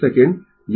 यह τ है